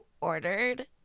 ordered